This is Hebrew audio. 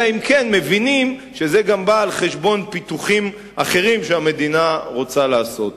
אלא אם כן מבינים שזה בא על חשבון פיתוחים אחרים שהמדינה רוצה לעשות.